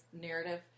narrative